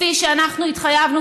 כפי שאנחנו התחייבנו,